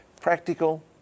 Practical